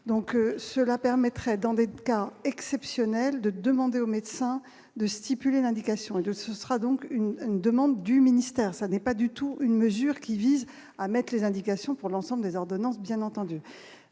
donc cela permettrait d'endettement, cas exceptionnel de demander aux médecins de stipuler l'indication de ce sera donc une une demande du ministère, ça n'est pas du tout une mesure qui vise à mettent les indications pour l'ensemble des ordonnances, bien entendu